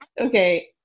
Okay